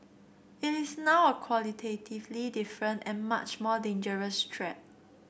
it is now a qualitatively different and much more dangerous threat